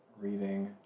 reading